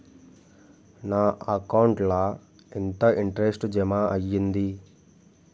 నా అకౌంట్ ల ఎంత ఇంట్రెస్ట్ జమ అయ్యింది?